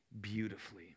beautifully